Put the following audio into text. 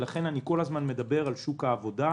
לכן אני כל הזמן מדבר על שוק העבודה,